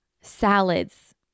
salads